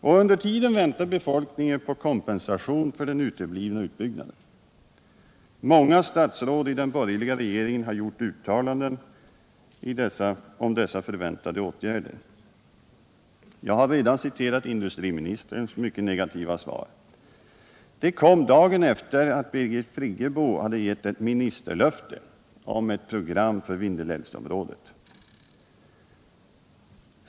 Och under tiden väntar befolkningen på kompensation för den uteblivna utbyggnaden. Flera statsråd i den borgerliga regeringen har gjort uttalanden om dessa förväntade åtgärder. Jag har redan citerat industriministerns mycket negativa svar. Det kom dagen efter Birgit Friggebos 87 ministerlöfte om ett program för Vindelälvsområdet.